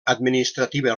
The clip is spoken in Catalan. administrativa